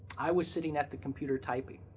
i was sitting at the computer typing.